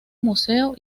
museo